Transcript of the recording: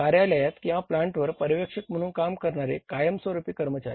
कार्यालयात किंवा प्लांटवर पर्यवेक्षक म्हणून काम करणारे कायमस्वरूपी कर्मचारी